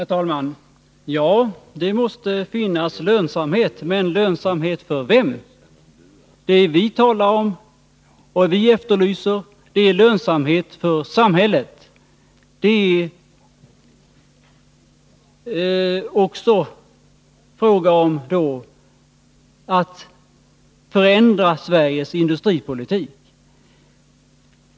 Herr talman! Ja, Gullan Lindblad, det måste finnas lönsamhet. Men lönsamhet för vem? Det vi efterlyser är lönsamhet för samhället. Det är då också fråga om att förändra Sveriges industripolitik.